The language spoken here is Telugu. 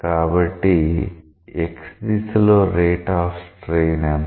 కాబట్టి xదిశలో రేట్ ఆఫ్ స్ట్రెయిన్ ఎంత